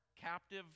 captive